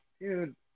dude